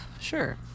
sure